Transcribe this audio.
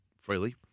freely